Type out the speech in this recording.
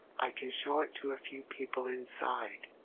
i can show it to a few people inside.